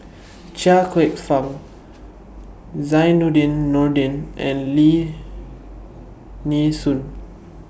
Chia Kwek Fah Zainudin Nordin and Lim Nee Soon